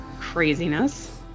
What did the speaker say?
craziness